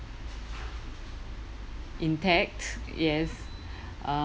intact yes uh